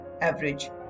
average